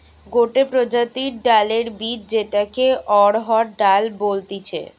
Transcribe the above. গটে প্রজাতির ডালের বীজ যেটাকে অড়হর ডাল বলতিছে